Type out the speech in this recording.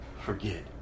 forget